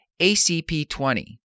acp20